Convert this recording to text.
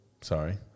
Sorry